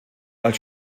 als